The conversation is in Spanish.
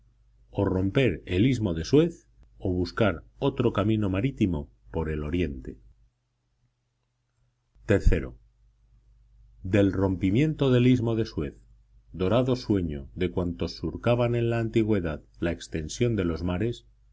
o romper el istmo de suez o buscar otro camino marítimo por el oriente iii del rompimiento del istmo de suez dorado sueño de cuantos surcaban en la antigüedad la extensión de los mares